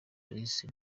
alice